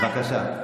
בבקשה.